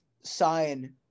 sign